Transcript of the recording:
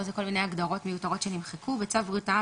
פה זה כל מיני הגדרות מיותרות שנמחקו: בצו בריאות העם